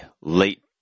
late